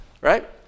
Right